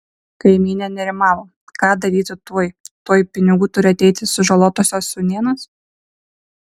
kaimynė nerimavo ką daryti tuoj tuoj pinigų turi ateiti sužalotosios sūnėnas